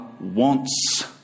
wants